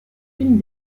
une